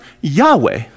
Yahweh